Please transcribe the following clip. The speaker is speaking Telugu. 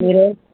ఈ రోజ్